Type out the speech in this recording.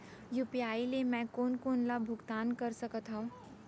UPI ले मैं कोन कोन ला भुगतान कर सकत हओं?